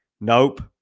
nope